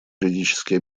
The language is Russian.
юридически